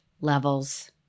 levels